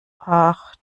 acht